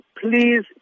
please